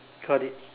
got it